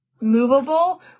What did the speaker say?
movable